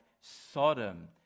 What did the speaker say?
Sodom